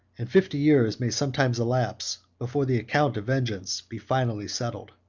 and fifty years may sometimes elapse before the account of vengeance be finally settled.